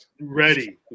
Ready